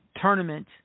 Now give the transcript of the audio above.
tournament